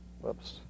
whoops